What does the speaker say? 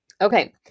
Okay